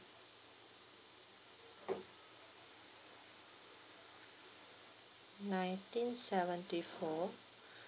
nineteen seventy four